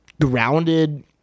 grounded